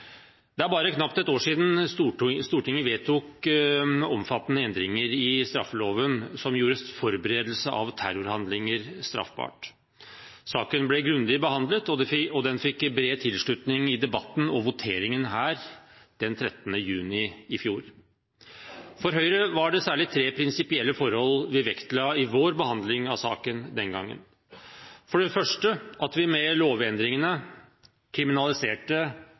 Det er bare knapt et år siden Stortinget vedtok omfattende endringer i straffeloven som gjorde forberedelser av terrorhandlinger straffbart. Saken ble grundig behandlet, og den fikk bred tilslutning i debatten og voteringen 13. juni i fjor. For Høyre var det særlig tre prinsipielle forhold vi vektla i vår behandling av saken den gangen: For det første at vi med lovendringene kriminaliserte